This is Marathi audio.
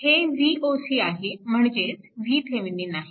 हे Voc आहे म्हणजेच VThevenin आहे